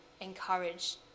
encourage